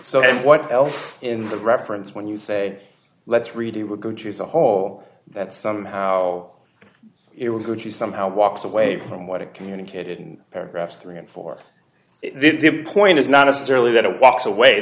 so what else in the reference when you say let's read it will go to the whole that somehow it was good she somehow walks away from what it communicated and paragraphs three and four point is not necessarily that it walks away